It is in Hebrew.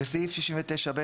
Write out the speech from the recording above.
(7)בסעיף 69(ב),